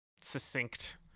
succinct